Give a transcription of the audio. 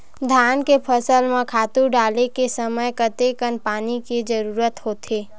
धान के फसल म खातु डाले के समय कतेकन पानी के जरूरत होथे?